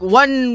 one